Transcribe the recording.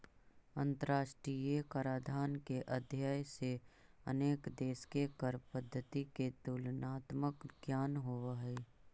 अंतरराष्ट्रीय कराधान के अध्ययन से अनेक देश के कर पद्धति के तुलनात्मक ज्ञान होवऽ हई